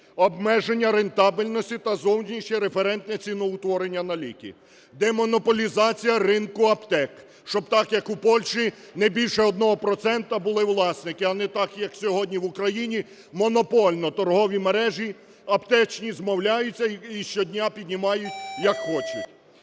обмеження рентабельності та зовнішнє референтне ціноутворення на ліки, демонополізація ринку аптек, щоб так, як у Польщі: не більше одного процента були власники. А не так, як сьогодні в Україні монопольно торгові мережі аптечні змовляються і щодня піднімають як хочуть.